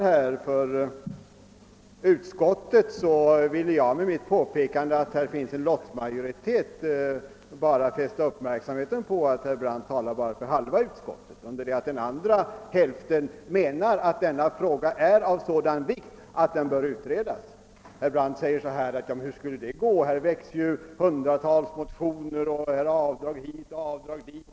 Här väcks hundratals motioner om avdrag hit och avdrag dit, och hur skulle det gå om man skulle bifalla alla dessa?